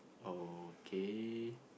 okay